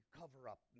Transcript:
cover-up